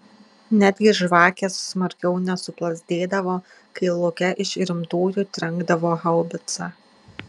netgi žvakės smarkiau nesuplazdėdavo kai lauke iš rimtųjų trenkdavo haubica